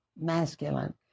masculine